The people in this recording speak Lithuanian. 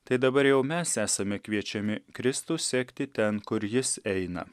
tai dabar jau mes esame kviečiami kristų sekti ten kur jis eina